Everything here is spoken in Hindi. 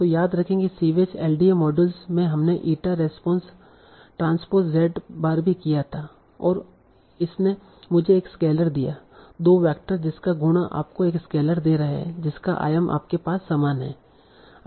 तो याद रखें कि सीवेज एलडीए मॉड्यूल में हमने ईटा ट्रांसपोस Z बार भी किया था और इसने मुझे एक स्केलर दिया दो वैक्टर जिसका गुणा आपको एक स्केलर दे रहे हैं जिसका आयाम आपके पास समान हैं